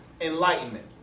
Enlightenment